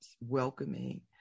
welcoming